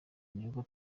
nibwo